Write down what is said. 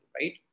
right